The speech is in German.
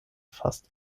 fast